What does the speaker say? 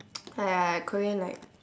!aiya! korean like